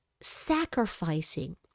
sacrificing